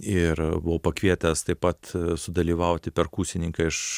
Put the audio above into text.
ir buvau pakvietęs taip pat sudalyvauti perkusininką iš